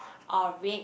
orange